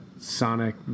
sonic